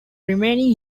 remaining